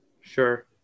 Sure